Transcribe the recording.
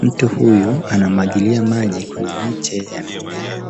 Mtu huyu anamwagilia maji kwenye miche ya mimea.